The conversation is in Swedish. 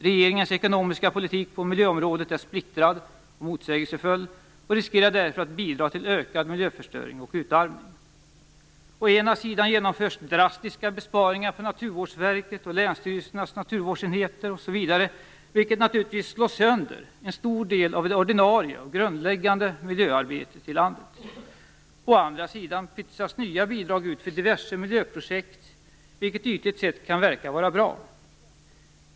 Regeringens ekonomiska politik på miljöområdet är splittrad och motsägelsefull och riskerar därför att bidra till en ökad miljöförstöring och till utarmning. Å ena sidan genomförs drastiska besparingar på Naturvårdsverket och länsstyrelsernas naturvårdsenheter osv, vilket naturligtvis slår sönder en stor del av det ordinarie och grundläggande miljöarbetet i landet. Å andra sidan pytsas nya bidrag ut för diverse miljöprojekt, vilket ytligt sett kan verka vara bra.